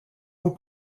vos